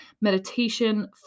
meditation